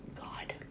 God